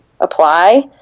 apply